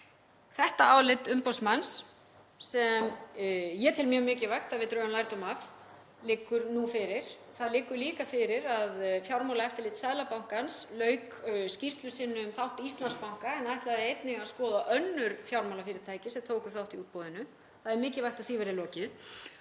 Þetta álit umboðsmanns, sem ég tel mjög mikilvægt að við drögum lærdóm af, liggur nú fyrir. Það liggur líka fyrir að Fjármálaeftirlit Seðlabankans lauk skýrslu sinni um þátt Íslandsbanka en ætlaði einnig að skoða önnur fjármálafyrirtæki sem tóku þátt í útboðinu. Það er mikilvægt að því verði lokið.